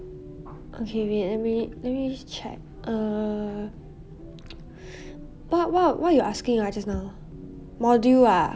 okay wait let me let me check err what what you asking ah just now module ah